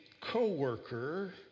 co-worker